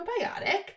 probiotic